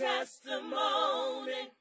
testimony